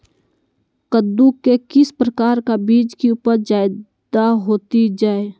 कददु के किस प्रकार का बीज की उपज जायदा होती जय?